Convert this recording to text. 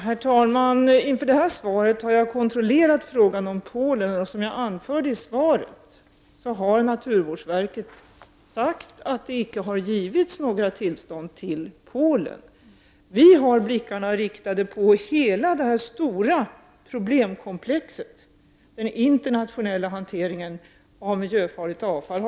Herr talman! Inför det här svaret har jag kontrollerat uppgifterna om Polen. Och som jag anförde i svaret har naturvårdsverket sagt att det icke har givits några tillstånd till export till Polen. Vi har blickarna riktade på hela detta stora problemkomplex, den internationella hanteringen av miljöfarligt avfall.